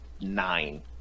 nine